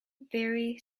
very